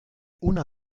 una